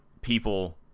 people